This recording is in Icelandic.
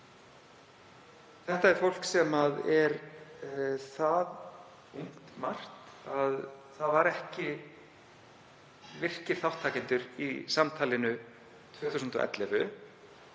Þetta er fólk sem er margt það ungt að það var ekki virkir þátttakendur í samtalinu 2011